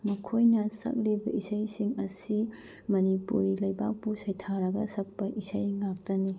ꯃꯈꯣꯏꯅ ꯁꯛꯂꯤꯕ ꯏꯁꯩꯁꯤꯡ ꯑꯁꯤ ꯃꯅꯤꯄꯨꯔꯤ ꯂꯩꯕꯥꯛꯄꯨ ꯁꯩꯊꯥꯔꯒ ꯁꯛꯄ ꯏꯁꯩ ꯉꯥꯛꯇꯅꯤ